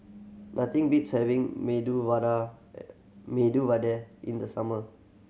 nothing beats having Medu Vada Medu Vada in the summer